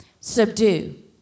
Subdue